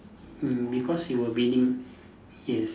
mm because you were being yes